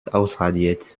ausradiert